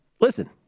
listen